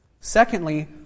Secondly